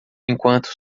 enquanto